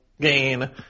gain